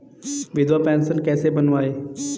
विधवा पेंशन कैसे बनवायें?